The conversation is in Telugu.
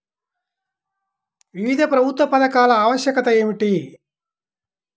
వివిధ ప్రభుత్వ పథకాల ఆవశ్యకత ఏమిటీ?